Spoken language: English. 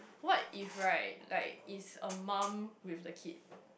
what if right like is a mum with a kid